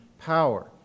power